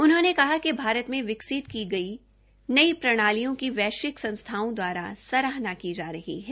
उन्होंने कहा कि भारत में विकसित की गई नई प्रणालियों की वैश्विक संस्थाओं द्वारा सराहना की जा रही है